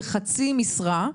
שעובד בחצי משרה.